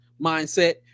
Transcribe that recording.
mindset